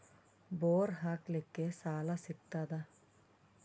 Bore ಹಾಕಲಿಕ್ಕ ಸಾಲ ಸಿಗತದ?